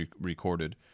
recorded